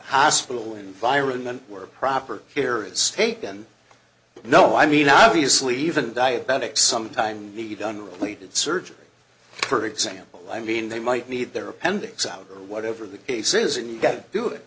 hospital environment where proper care is taken but no i mean obviously even diabetics sometimes need done related surgery for example i mean they might need their appendix out or whatever the case is and you got to do it